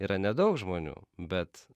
yra nedaug žmonių bet